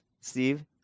Steve